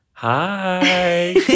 Hi